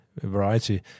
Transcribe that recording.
variety